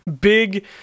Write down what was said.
big